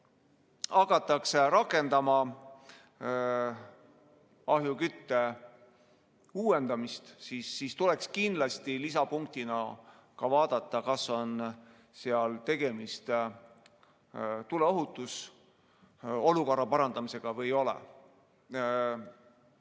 hakatakse rakendama ahjukütte uuendamist, siis tuleks kindlasti lisapunktina vaadata, kas seal on tegemist tuleohutusolukorra parandamisega või ei